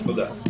תודה.